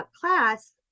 class